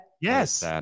Yes